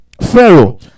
Pharaoh